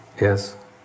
Yes